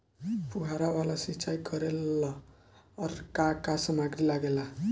फ़ुहारा वाला सिचाई करे लर का का समाग्री लागे ला?